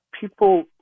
people